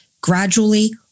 gradually